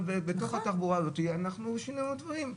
אבל בתוך התחבורה הזאתי אנחנו שיננו דברים,